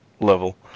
level